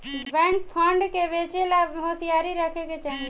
bank fraud से बचे ला होसियारी राखे के चाही